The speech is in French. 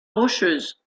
rocheuse